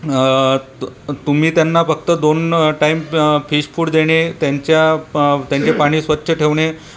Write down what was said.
तुम्ही त्यांना फक्त दोन टाईम फिश फूड देणे त्यांच्या प त्यांचे पाणी स्वच्छ ठेवणे पाण्यातल्या